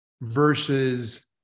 versus